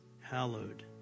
Hallowed